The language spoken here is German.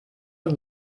und